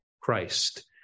Christ